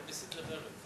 אתה מסית למרד?